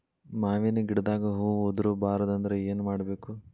ಮಾವಿನ ಗಿಡದಾಗ ಹೂವು ಉದುರು ಬಾರದಂದ್ರ ಏನು ಮಾಡಬೇಕು?